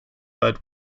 but